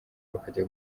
bakajya